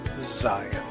Zion